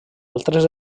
altres